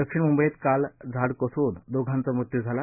दक्षिणमुंबईत काल झाड कोसळून दोघांचा मृत्यू झाला